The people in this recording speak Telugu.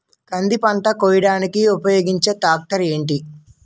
కంది పంట కోయడానికి ఉపయోగించే ట్రాక్టర్ ఏంటి?